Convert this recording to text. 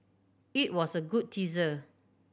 it was a good teaser